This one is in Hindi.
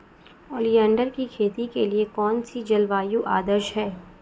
ओलियंडर की खेती के लिए कौन सी जलवायु आदर्श है?